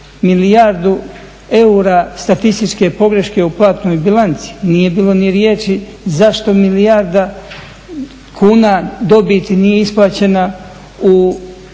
milijardu eura statističke pogreške u platnoj bilanci, nije bilo ni riječi zašto milijarda kuna dobiti nije isplaćena u